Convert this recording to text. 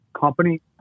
company